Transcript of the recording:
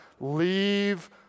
leave